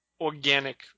organic